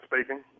Speaking